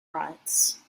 rights